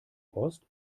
ost